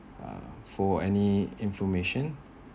uh for any information